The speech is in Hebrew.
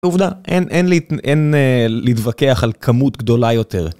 עובדה, אין להתווכח על כמות גדולה יותר.